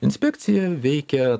inspekcija veikia